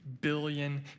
billion